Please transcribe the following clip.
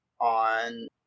on